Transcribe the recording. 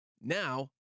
Now